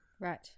Right